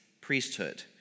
priesthood